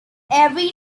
every